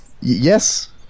Yes